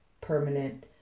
permanent